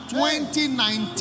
2019